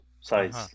size